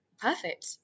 perfect